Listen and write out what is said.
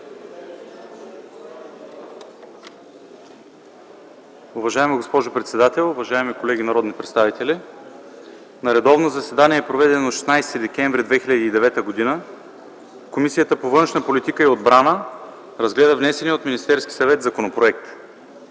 Уважаема госпожо председател, уважаеми колеги! „На редовно заседание, проведено на 4 декември 2009 г., Комисията по външна политика и отбрана разгледа внесения от Министерския съвет законопроект.